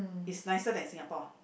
is nicer than Singapore ah